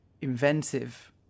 inventive